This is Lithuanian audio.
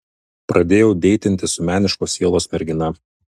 pradėjau deitinti su meniškos sielos mergina